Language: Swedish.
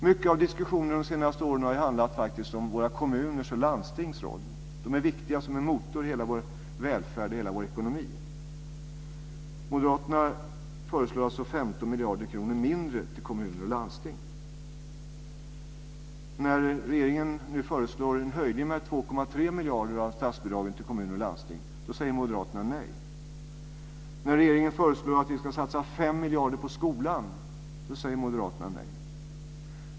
Mycket av diskussionen under de senaste åren har ju faktiskt handlat om våra kommuners och landstings roll. De är viktiga som en motor i hela vår välfärd och i hela vår ekonomi. Moderaterna föreslår alltså 15 miljarder kronor mindre till kommuner och landsting. När regeringen nu föreslår en höjning med 2,3 miljarder kronor av statsbidragen till kommuner och landsting, då säger Moderaterna nej. När regeringen föreslår att vi ska satsa 5 miljarder på skolan, säger Moderaterna nej.